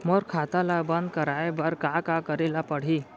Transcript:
मोर खाता ल बन्द कराये बर का का करे ल पड़ही?